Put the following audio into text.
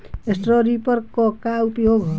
Straw reaper क का उपयोग ह?